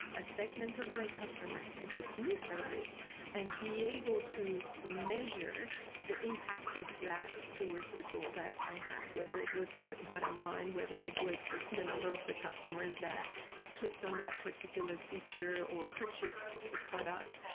a segment of my customers to this service and be able to measure the impact of that towards the goal that i had. whether it was but bottom line, whether it was the the number of the customers that clicked on that particular feature or purchased the product,